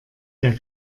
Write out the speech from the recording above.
der